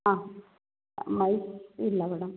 ಹಾಂ ಇಲ್ಲ ಮೇಡಮ್